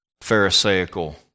pharisaical